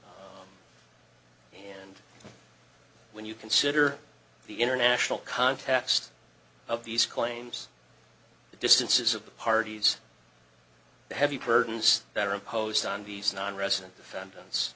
c and when you consider the international context of these claims the distances of the parties the heavy burdens that are imposed on these nonresident defendants